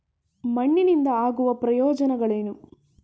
ಮಣ್ಣಿನಿಂದ ಆಗುವ ಪ್ರಯೋಜನಗಳೇನು?